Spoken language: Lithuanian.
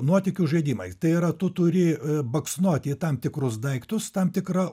nuotykių žaidimai tai yra tu turi baksnoti į tam tikrus daiktus tam tikrą